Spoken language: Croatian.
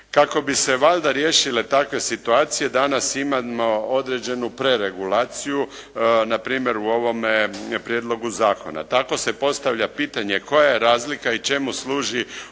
Kako bi se valjda riješile takve situacije danas imamo određenu preregulaciju, npr. u ovome prijedlogu zakona. Tako se postavlja pitanje koja je razlika i čemu služi